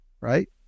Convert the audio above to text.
right